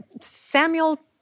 Samuel